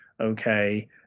okay